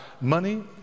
money